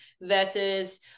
versus